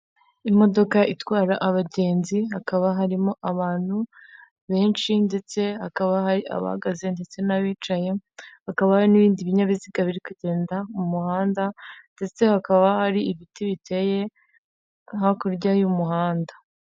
Imodoka itwara abagenzi hakaba harimo abantu benshi ndetse hakaba hari abahagaze ndetse n'abicaye hakaba hari n'ibindi binyabiziga bikagenda mu muhanda ndetse hakaba hari ibiti biteye hakurya y'umuhanda.